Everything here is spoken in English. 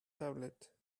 tablet